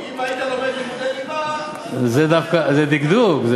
אם היית לומד לימודי ליבה, זה דווקא דקדוק.